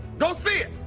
go see it.